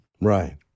Right